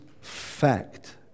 fact